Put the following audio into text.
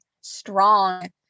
strong